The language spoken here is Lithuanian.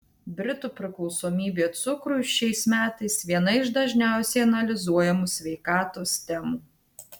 britų priklausomybė cukrui šiais metais viena iš dažniausiai analizuojamų sveikatos temų